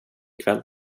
kväll